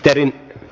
isi